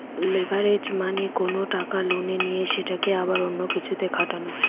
leverage মানে কোনো টাকা লোনে নিয়ে সেটাকে আবার অন্য কিছুতে খাটানো